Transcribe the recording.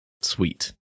Sweet